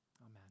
Amen